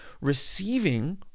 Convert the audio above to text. receiving